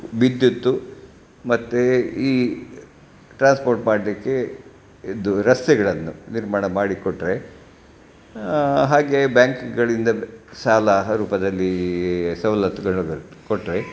ಮಿದ್ಯುತ್ ಮತ್ತು ಈ ಟ್ರಾನ್ಸ್ಪೋರ್ಟ್ ಮಾಡಲಿಕ್ಕೆ ಇದು ರಸ್ತೆಗಳನ್ನು ನಿರ್ಮಾಣ ಮಾಡಿಕೊಟ್ಟರೆ ಹಾಗೆ ಬ್ಯಾಂಕ್ಗಳಿಂದ ಸಾಲ ರೂಪದಲ್ಲಿ ಸವಲತ್ತುಗಳನ್ನು ಕೊಟ್ಟರೆ